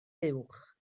buwch